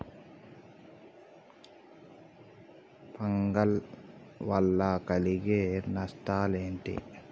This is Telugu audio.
ఫంగల్ వల్ల కలిగే నష్టలేంటి?